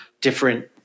different